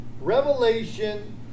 revelation